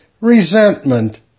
resentment